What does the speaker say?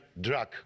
drug